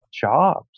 jobs